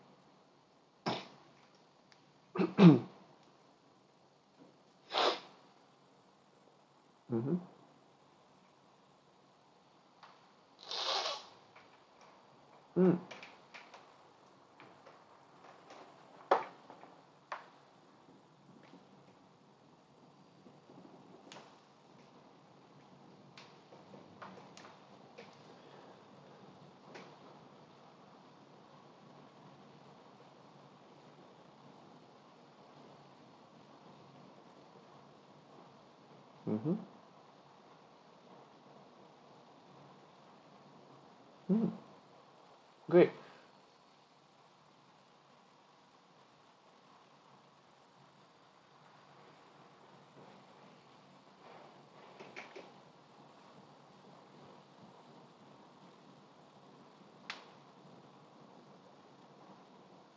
mmhmm mm mmhmm mm great